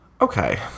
Okay